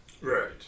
Right